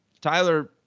Tyler